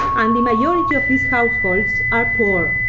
and the majority of these households are poor.